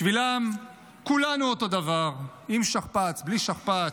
בשבילם כולנו אותו דבר, עם שכפ"ץ, בלי שכפ"ץ.